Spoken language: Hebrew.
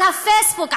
על הפייסבוק,